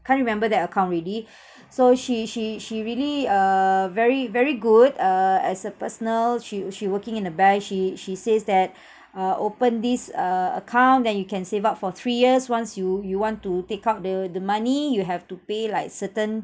can't remember that account already so she she she really uh very very good uh as a personnel she she working in a bank she she says that uh open this uh account then you can save up for three years once you you want to take out the the money you have to pay like certain